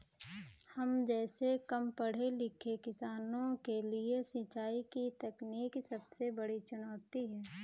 हम जैसै कम पढ़े लिखे किसानों के लिए सिंचाई की तकनीकी सबसे बड़ी चुनौती है